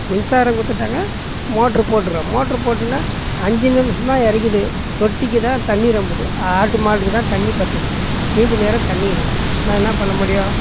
மின்சாரம் கொடுத்துட்டாங்க மோட்ரு போடுறோம் மோட்ரு போடுனா அஞ்சு நிமிடம் தான் இறைக்கிது தொட்டிக்கு தான் தண்ணி ரொம்புது ஆட்டு மாட்டுக்கு தான் தண்ணி பத்துது மீதி நேரம் தண்ணி இல்லை நான் என்ன பண்ண முடியும்